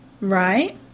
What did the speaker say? Right